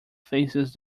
faces